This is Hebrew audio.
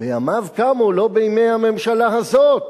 בימיו קמו, לא בימי הממשלה הזאת.